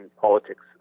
politics